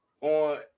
on